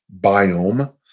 biome